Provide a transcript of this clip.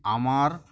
আমার